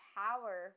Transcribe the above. power